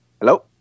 Hello